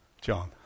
John